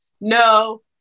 no